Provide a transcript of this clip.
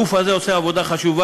הגוף הזה עושה עבודה חשובה,